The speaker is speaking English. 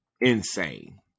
insane